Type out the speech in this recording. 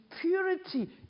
purity